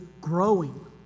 growing